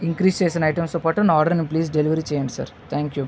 increase చేసిన ఐటమ్స్తో పాటు నా ఆర్డరును ప్లీస్ డెలివరీ చేయండి సార్ థ్యాంక్యూ